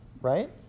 right